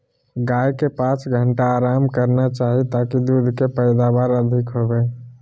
गाय के पांच घंटा आराम करना चाही ताकि दूध के पैदावार अधिक होबय